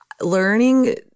learning